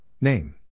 name